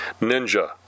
Ninja